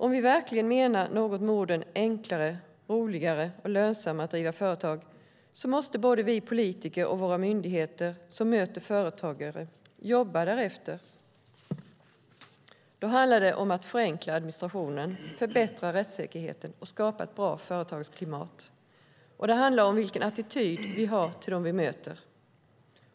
Om vi verkligen menar något med orden enklare, roligare och lönsammare att driva företag måste både vi politiker och våra myndigheter som möter företagare jobba därefter. Då handlar det om att förenkla administrationen, förbättra rättssäkerheten och att skapa ett bra företagsklimat. Det handlar också om vilken attityd vi har till dem vi möter